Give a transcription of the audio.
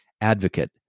advocate